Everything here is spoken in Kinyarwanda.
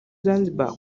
zanzibar